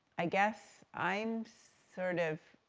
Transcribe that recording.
i guess i'm sort of,